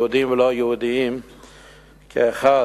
יהודים ולא-יהודים כאחד,